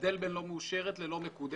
הבדל בין לא מאושרת ללא מקודמת.